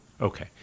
okay